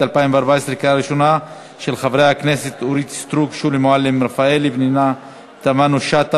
21, אין מתנגדים ויש נמנע אחד.